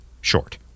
Short